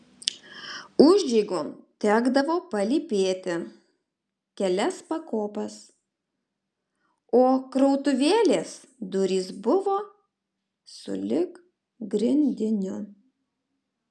užeigon tekdavo palypėti kelias pakopas o krautuvėlės durys buvo sulig grindiniu